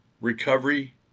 recovery